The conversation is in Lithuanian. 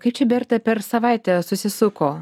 kaip čia berta per savaitę susisuko